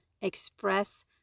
Express